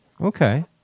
Okay